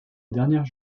dernière